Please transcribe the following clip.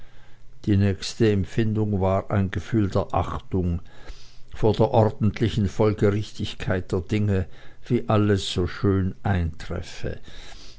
die nächste empfindung war ein gefühl der achtung vor der ordentlichen folgerichtigkeit der dinge wie alles so schön eintreffe